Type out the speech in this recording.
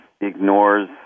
ignores